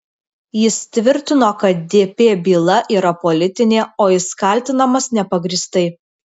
jis tvirtino kad dp byla yra politinė o jis kaltinamas nepagrįstai